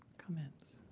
commence.